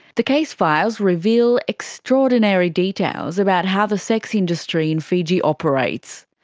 the case files reveal extraordinary details about how the sex industry in fiji operates.